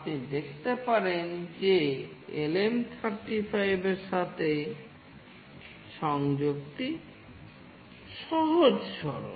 আপনি দেখতে পারেন যে LM35 এর সাথে সংযোগটি সহজ সরল